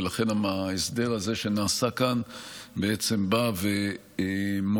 ולכן ההסדר הזה שנעשה כאן בעצם בא ומונע